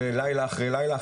ולילה אחרי לילה,